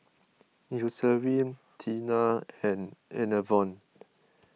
Eucerin Tena and Enervon